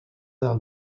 del